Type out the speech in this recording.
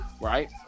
right